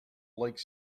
like